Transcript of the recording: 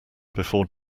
before